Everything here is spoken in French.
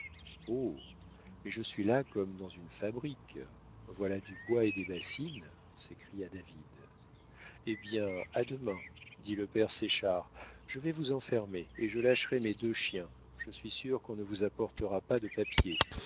mais je suis là comme dans une fabrique voilà du bois et des bassines s'écria david eh bien à demain dit le père séchard je vais vous enfermer et je lâcherai mes deux chiens je suis sûr qu'on ne vous apportera pas de papier